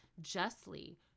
justly